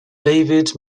david